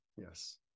Yes